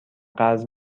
قرض